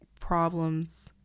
problems